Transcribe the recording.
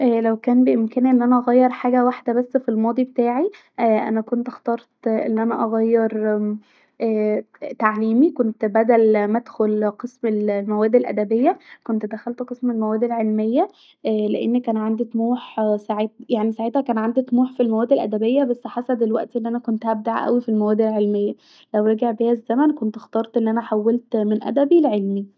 لو كان بإمكاني أن انا اغير حاجه واحده بس في الماضي بتاعي انا كنت اخترت أن انا اغير اااا تعليمي كنت بدل ما ادخل قسم المواد الادبيه كنت دخلت قسم المواد العلميه لان كان عندي ااا طموح ساعتها وكان عندي طموح في المواد الادبيه بس حسب الوقت كنت هبدع اوي في المواد العلميه لو رجع بيا الزمن هختار أن انا حولت من ادبي لعلمي